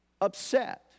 upset